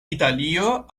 italio